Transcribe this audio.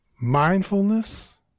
mindfulness